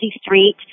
street